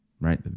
right